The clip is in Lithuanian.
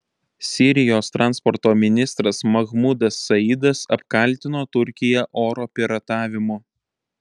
sirijos transporto ministras mahmudas saidas apkaltino turkiją oro piratavimu